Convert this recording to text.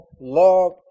love